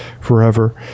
forever